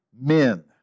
men